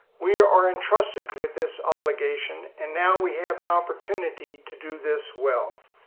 we are are entrusted with this obligation, and now we have an opportunity to do this well.